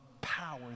power